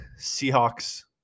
seahawks